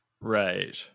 right